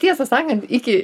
tiesą sakant iki